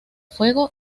fuego